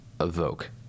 evoke